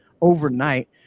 overnight